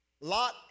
Lot